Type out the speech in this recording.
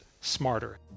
smarter